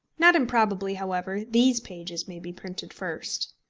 not improbably, however, these pages may be printed first.